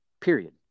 period